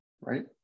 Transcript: right